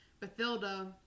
Bethilda